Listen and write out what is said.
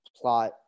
plot